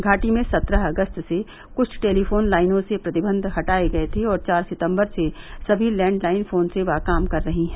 घाटी में सत्रह अगस्त से कुछ टेलीफोन लाइनों से प्रतिबंध हटाए गए थे और चार सितम्बर से सभी लैंडलाइन फोन सेवा काम कर रही है